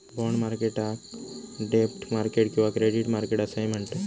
bond मार्केटाक डेब्ट market किंवा क्रेडिट मार्केट असाही म्हणतत